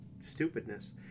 stupidness